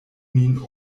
nin